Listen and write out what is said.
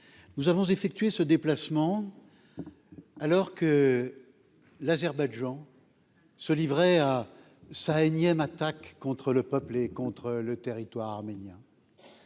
nous avons effectué ce déplacement alors que l'Azerbaïdjan se livrait à ça, énième attaque contre le peuple et contre le territoire arménien,